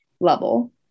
level